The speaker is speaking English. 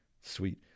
Sweet